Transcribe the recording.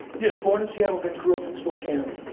yes, born in seattle, then grew up in spokane,